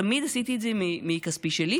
תמיד עשיתי את זה מכספי שלי,